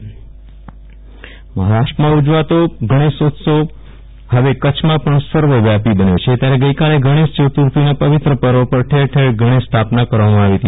વિરલ રાણા ગણેશોત્સવ મહારાષ્ટ્રમાં ઉજવાતો ગણેશોત્સવ હવે કચ્છમાં પણ સર્વવ્યાપી બન્યો છે ત્યારે ગઈકાલે ગણેશયતુર્થીના પવિત્ર પર્વ પર ઠેર ઠેર ગણેશ સ્થાપના કરવામાં આવી હતી